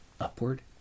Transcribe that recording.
Upward